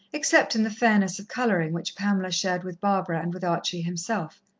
except in the fairness of colouring which pamela shared with barbara and with archie himself.